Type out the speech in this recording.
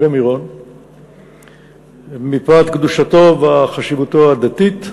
במירון מפאת קדושתו וחשיבותו הדתית,